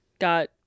got